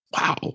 Wow